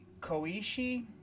Koishi